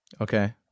Okay